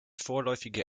vorläufige